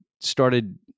started